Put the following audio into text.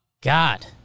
God